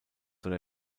soll